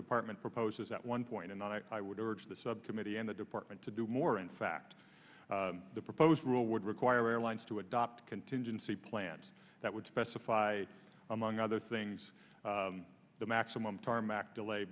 department proposes at one point and i would urge the subcommittee and the department to do more in fact the proposed rule would require airlines to adopt contingency plans that would specify among other things the maximum tarmac delay